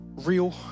real